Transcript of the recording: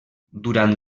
durant